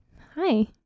Hi